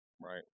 Right